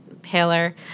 paler